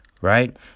right